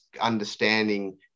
understanding